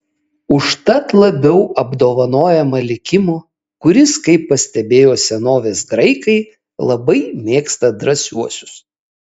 užtat labiau apdovanojama likimo kuris kaip pastebėjo senovės graikai labai mėgsta drąsiuosius